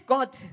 God